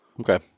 Okay